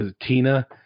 Tina